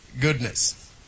Goodness